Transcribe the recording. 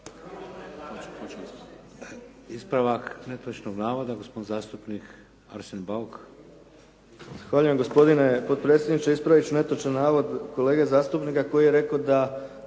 Ispravak netočnog navoda, gospodin zastupnik Arsen Bauk. **Bauk, Arsen (SDP)** Zahvaljujem, gospodine potpredsjedniče. Ispravit ću netočan navod kolege zastupnika koji je rekao da